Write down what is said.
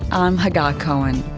i'm hagar cohen.